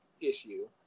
issue